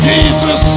Jesus